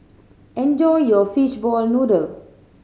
enjoy your fishball noodle